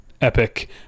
epic